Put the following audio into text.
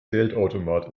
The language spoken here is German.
geldautomat